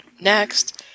Next